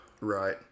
Right